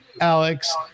Alex